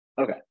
Okay